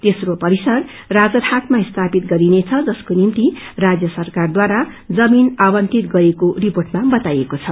तेस्रो परिसर राजरहाटमा स्यापित गरिनेछ जसको निम्ति राज्य सरकारद्वारा जमीन आवंटित गरिएको रिर्पोटमा बताइएको छ